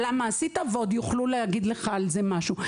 ועוד יוכלו להגיד לך על זה משהו.